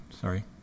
Sorry